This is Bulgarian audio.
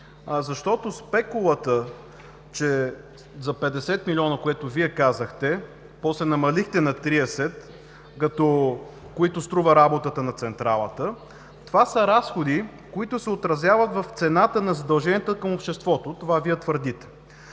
Спекулата, че за 50 милиона, както казахте Вие, после намалихте на 30, които струва работата на централата, са разходи, които се отразяват в цената на задълженията към обществото – това твърдите